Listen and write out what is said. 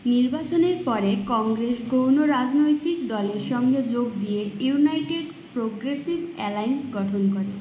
নির্বাচনের পরে কংগ্রেস গৌণ রাজনৈতিক দলের সঙ্গে যোগ দিয়ে ইউনাইটেড প্রগ্রেসিভ অ্যালায়েন্স গঠন করে